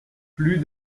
plus